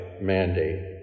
mandate